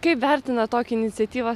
kaip vertinat tokią iniciatyvą